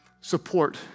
support